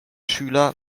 schüler